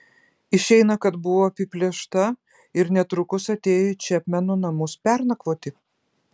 išeina kad buvo apiplėšta ir netrukus atėjo į čepmeno namus pernakvoti